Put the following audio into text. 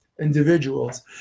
individuals